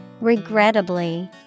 Regrettably